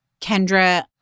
Kendra